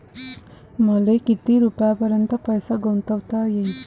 मले किती रुपयापर्यंत पैसा गुंतवता येईन?